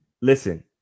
listen